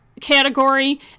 category